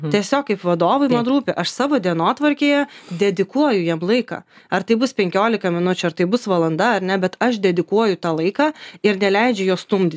tiesiog kaip vadovui man rūpi aš savo dienotvarkėje dedikuoju jiem laiką ar tai bus penkiolika minučių ar tai bus valanda ar ne bet aš dedikuoju tą laiką ir neleidžiu jo stumdyti